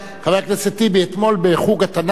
חבר הכנסת טיבי, אתמול בחוג התנ"ך,